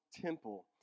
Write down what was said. temple